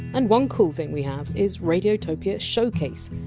and one cool thing we have is radiotopia showcase,